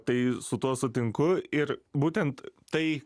tai su tuo sutinku ir būtent tai